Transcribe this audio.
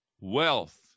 wealth